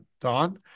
Don